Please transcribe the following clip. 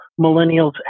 millennials